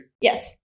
yes